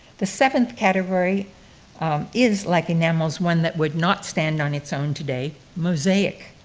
the second category is, like enamels, one that would not stand on its own today, mosaic.